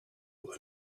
and